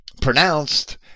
pronounced